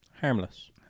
Harmless